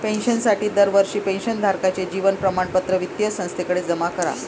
पेन्शनसाठी दरवर्षी पेन्शन धारकाचे जीवन प्रमाणपत्र वित्तीय संस्थेकडे जमा करा